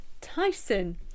Tyson